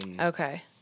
Okay